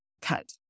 cut